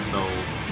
Souls